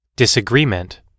disagreement